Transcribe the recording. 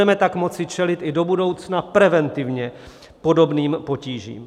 Budeme tak moci čelit i do budoucna preventivně podobným potížím.